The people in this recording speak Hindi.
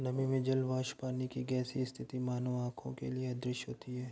नमी में जल वाष्प पानी की गैसीय स्थिति मानव आंखों के लिए अदृश्य होती है